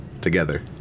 together